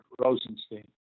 Rosenstein